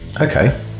Okay